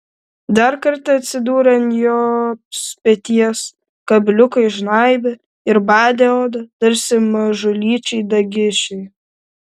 dar kartą atsidūrė ant jos peties kabliukai žnaibė ir badė odą tarsi mažulyčiai dagišiai